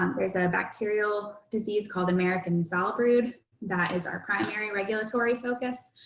um there's a bacterial disease called american foulbrood that is our primary regulatory focus.